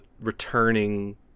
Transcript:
returning